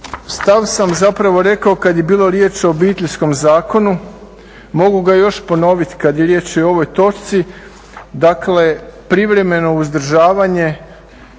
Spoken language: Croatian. Stav sam zapravo rekao kad je bilo riječ o Obiteljskom zakonu. Mogu ga još ponovit kad je riječ i o ovoj točci. Dakle, privremeno uzdržavanje